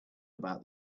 about